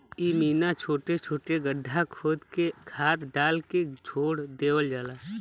इमिना छोट छोट गड्ढा खोद के खाद डाल के छोड़ देवल जाला